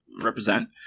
Represent